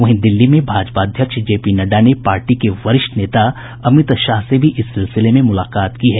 वहीं दिल्ली में भाजपा अध्यक्ष जेपी नड्डा ने पार्टी के वरिष्ठ नेता अमित शाह से भी इस सिलसिले में मुलाकात की है